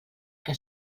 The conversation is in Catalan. que